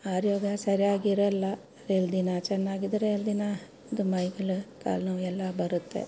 ಆರೋಗ್ಯ ಸರಿಯಾಗಿರಲ್ಲ ಎರಡು ದಿನ ಚೆನ್ನಾಗಿದ್ರೆ ಎರಡು ದಿನ ಅದು ಮೈಗಳು ಕಾಲು ನೋವೆಲ್ಲ ಬರುತ್ತೆ